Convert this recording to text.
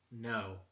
No